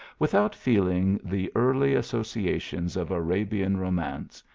without feeling the early associations of arabian romance,